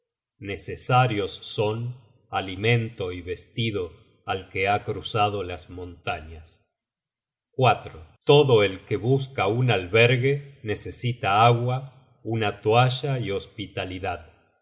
necesarios son alimento y vestido al que ha cruzado las montañas todo el que busca un albergue necesita agua una tohalla y hospitalidad